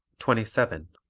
twenty seven.